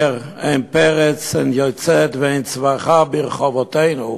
אומר: אין פרץ ואין יוצאת ואין צווחה ברחובותינו,